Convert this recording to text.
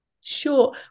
Sure